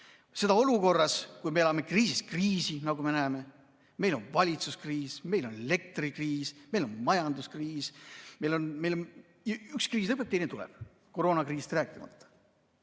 Seda olukorras, kui me elame kriisist kriisi, nagu me näeme. Meil on valitsuskriis, meil on elektrikriis, meil on majanduskriis, meil üks kriis lõpeb, teine tuleb, koroonakriisist rääkimata. Meil